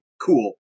Cool